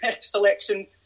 selection